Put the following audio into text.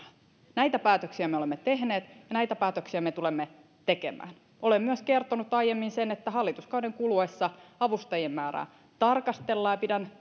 näitä päätöksiä olemme tehneet ja näitä päätöksiä me tulemme tekemään olen myös kertonut aiemmin sen että hallituskauden kuluessa avustajien määrää tarkastellaan ja pidän